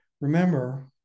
remember